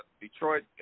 Detroit